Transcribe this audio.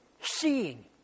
seeing